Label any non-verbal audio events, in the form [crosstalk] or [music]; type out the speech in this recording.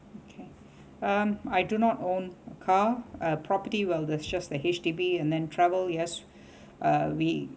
okay um I do not own a car a property well the just the H_D_B and then travel yes [breath] uh we